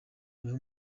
ibahe